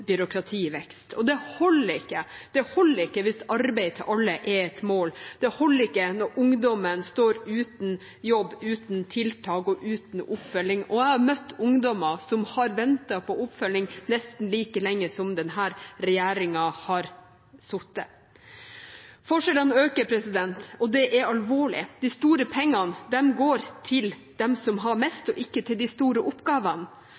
Det holder ikke. Det holder ikke hvis arbeid til alle er et mål. Det holder ikke når ungdommen står uten jobb, uten tiltak og uten oppfølging. Jeg har møtt ungdommer som har ventet på oppfølging nesten like lenge som denne regjeringen har sittet. Forskjellene øker, og det er alvorlig. De store pengene går til dem som har mest, og ikke til de store oppgavene,